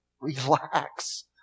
relax